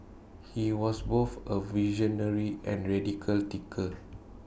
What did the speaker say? he was both A visionary and radical thinker